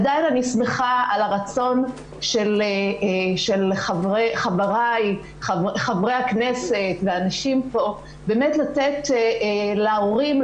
עדיין אני שמחה על הרצון של חבריי חברי הכנסת ואנשים פה לתת להורים,